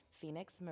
Phoenix